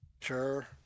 Sure